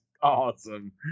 Awesome